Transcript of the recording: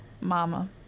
mama